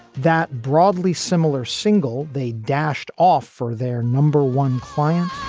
that broadly similar single they dashed off for their number one client